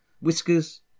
whiskers